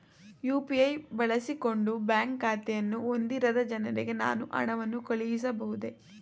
UPI ಬಳಸಿಕೊಂಡು bank ಖಾತೆಯನ್ನು ಹೊಂದಿರದ ಜನರಿಗೆ ನಾನು ಹಣವನ್ನು ಕಳುಹಿಸಬಹುದೇ?